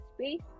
space